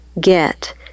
get